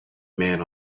man